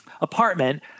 apartment